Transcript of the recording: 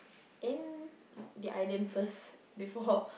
then the island first before